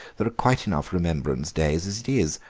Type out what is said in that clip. there are quite enough remembrance days as it is.